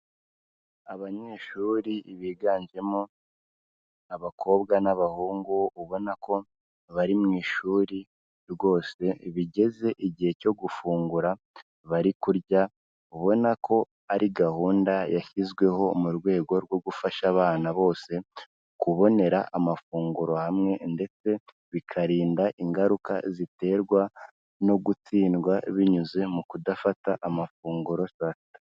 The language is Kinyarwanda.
Abanyeshuri biganjemo abakobwa n'abahungu ubona ko bari mu ishuri rwose bigeze igihe cyo gufungura bari kurya, ubona ko ari gahunda yashyizweho mu rwego rwo gufasha abana bose kubonera amafunguro hamwe ndetse bikarinda ingaruka ziterwa no gutsindwa binyuze mu kudafata amafunguro saa sita.